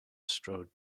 strode